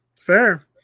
Fair